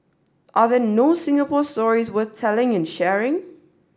are there no Singapore stories worth telling and sharing